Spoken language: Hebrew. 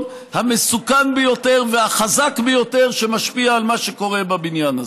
המסוכן ביותר והחזק ביותר שמשפיע על מה שקורה בבניין הזה.